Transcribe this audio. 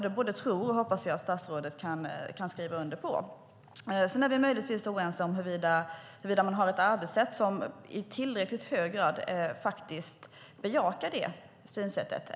Det både tror och hoppas jag att statsrådet kan skriva under på. Sedan är vi möjligtvis oense om huruvida man har ett arbetssätt som i tillräckligt hög grad bejakar det synsättet.